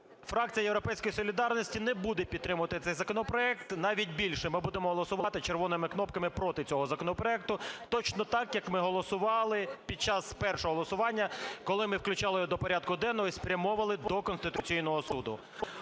фракція "Європейської солідарності" не буде підтримувати цей законопроект. Навіть більше, ми будемо голосувати червоними кнопками проти цього законопроекту точно так, як ми голосували під час першого голосування, коли ми включали його до порядку денного і спрямовували до Конституційного Суду.